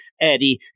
Eddie